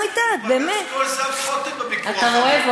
בביקור האחרון, אתה רואה?